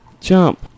Jump